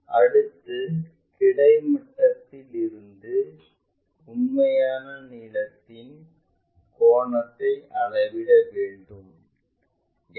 அடுத்து கிடை மட்டத்தில் இருந்து உண்மையான நீலத்தின் கோணத்தை அளவிட வேண்டும்